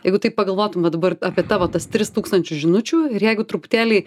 jeigu taip pagalvotum vat dabar apie tavo tas tris tūkstančius žinučių ir jeigu truputėlį